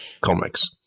comics